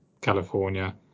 California